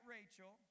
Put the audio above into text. Rachel